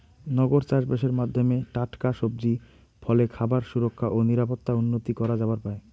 নগর চাষবাসের মাধ্যমে টাটকা সবজি, ফলে খাবার সুরক্ষা ও নিরাপত্তা উন্নতি করা যাবার পায়